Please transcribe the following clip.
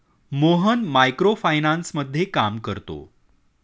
Mohan micro फायनान्समध्ये काम करतो